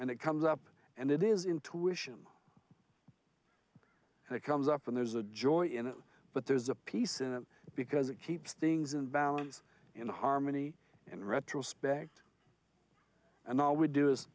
and it comes up and it is intuition and it comes up and there's a joy in it but there's a peace in it because it keeps things in balance in harmony and in retrospect and now we do is